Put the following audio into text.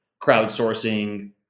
crowdsourcing